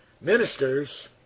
ministers